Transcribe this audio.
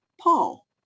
Paul